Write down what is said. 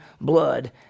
blood